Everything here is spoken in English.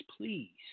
please